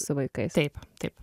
su vaikais taip taip